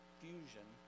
fusion